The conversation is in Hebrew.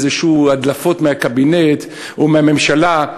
איזשהן הדלפות מהקבינט או מהממשלה?